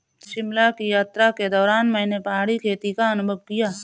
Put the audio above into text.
शिमला की यात्रा के दौरान मैंने पहाड़ी खेती का अनुभव किया